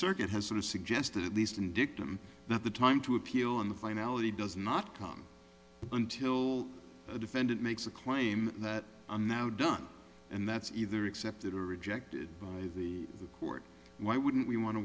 circuit has sort of suggested at least in dictum that the time to appeal on the finality does not come until the defendant makes a claim that i'm now done and that's either accepted or rejected by the court why wouldn't we want to